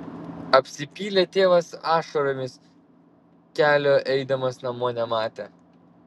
apsipylė tėvas ašaromis kelio eidamas namo nematė